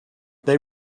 they